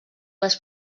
les